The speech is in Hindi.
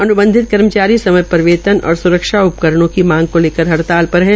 अन्बंधित कर्मचारी समय पर वेतन और स्रक्षा उपकरणों की मांग को लेकर हड़ताल पर है